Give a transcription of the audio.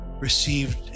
received